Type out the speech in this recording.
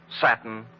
satin